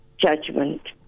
judgment